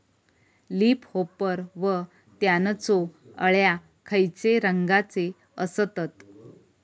Leaf hopper व त्यानचो अळ्या खैचे रंगाचे असतत?